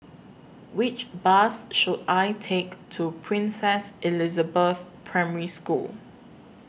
Which Bus should I Take to Princess Elizabeth Primary School